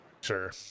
Sure